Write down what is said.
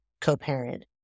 co-parent